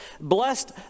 blessed